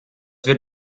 wird